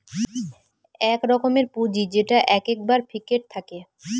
এক রকমের পুঁজি যেটা এক্কেবারে ফিক্সড থাকে